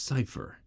Cipher